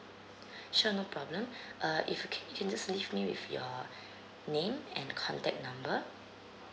sure no problem uh if you c~ you can just leave me with your name and contact number